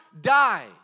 die